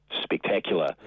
spectacular